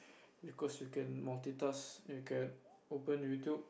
because you can multitask you can open YouTube